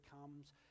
comes